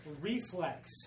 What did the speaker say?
reflex